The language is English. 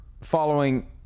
following